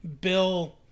Bill